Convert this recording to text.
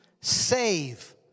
save